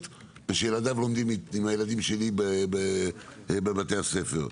ושילדיו לומדים עם הילדים שלי בבתי הספר.